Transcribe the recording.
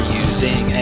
using